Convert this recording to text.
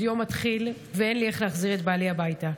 יום מתחיל ואין לי איך להחזיר את בעלי הביתה.